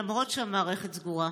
למרות שהמערכת סגורה.